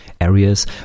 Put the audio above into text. areas